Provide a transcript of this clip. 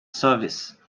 service